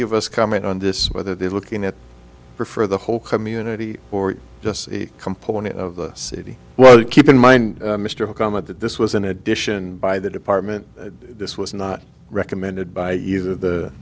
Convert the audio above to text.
give us comment on this whether they're looking at her for the whole community or just a component of the city well keep in mind mr obama that this was an addition by the department this was not recommended by either the